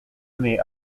émets